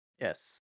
Yes